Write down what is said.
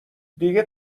دیگه